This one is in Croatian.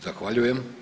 Zahvaljujem.